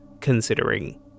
considering